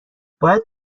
باید